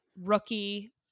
rookie